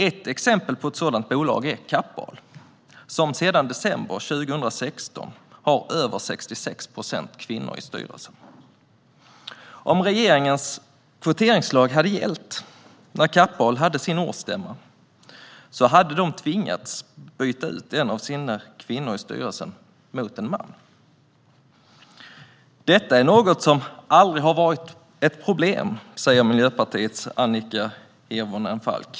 Ett exempel på ett sådant bolag är Kappahl, som sedan december 2016 har över 66 procent kvinnor i styrelsen. Om regeringens kvoteringslag hade gällt när Kappahl hade sin årsstämma hade de tvingats byta ut en av kvinnorna i styrelsen mot en man. Detta är något som aldrig har varit ett problem, säger Miljöpartiets Annika Hirvonen Falk.